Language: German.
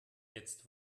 jetzt